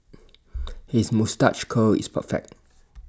his moustache curl is perfect